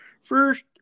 first